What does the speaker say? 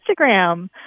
Instagram